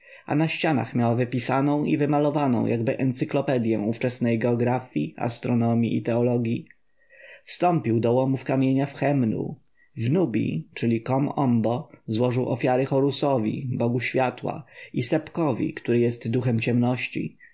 a na ścianach miała wypisaną i wymalowaną jakby encyklopedję ówczesnej jeografji astronomji i teologji wstąpił do łomów kamienia w chennu w nubi czyli kom ombo złożył ofiary horusowi bogu światła i sebekowi który jest duchem ciemności